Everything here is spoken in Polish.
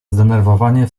zdenerwowanie